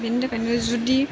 बिनि थाखायनो जुदि